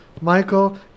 Michael